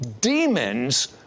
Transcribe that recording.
demons